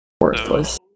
Worthless